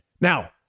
now